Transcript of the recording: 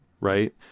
right